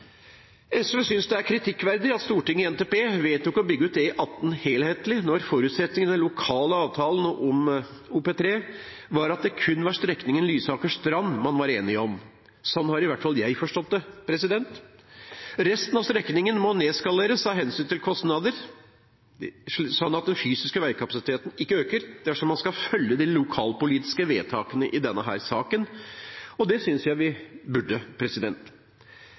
SV synes det er kritikkverdig at Stortinget i NTP vedtok å bygge ut E18 helhetlig når forutsetningen i den lokale avtalen om Oslopakke 3 var at det kun var strekningen Lysaker–Strand man var enige om. Slik har i hvert fall jeg forstått det. Resten av strekningen må nedskaleres av hensyn til kostnadene og slik at den fysiske veikapasiteten ikke øker, dersom man skal følge de lokalpolitiske vedtakene i denne saken, og det synes jeg vi burde.